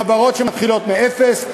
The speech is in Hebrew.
בחברות שמתחילות מאפס,